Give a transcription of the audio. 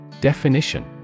Definition